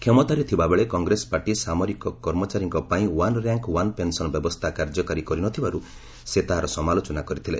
କ୍ଷମତାରେ ଥିବାବେଳେ କଂଗ୍ରେସ ପାର୍ଟି ସାମରିକ କର୍ମଚାରୀଙ୍କ ପାଇଁ ୱାନ୍ ର୍ୟାଙ୍କ୍ ୱାନ୍ ପେନ୍ସନ୍ ବ୍ୟବସ୍ଥା କାର୍ଯ୍ୟକାରୀ କରିନଥିବାରୁ ସେ ତାହାର ସମାଲୋଚନା କରିଥିଲେ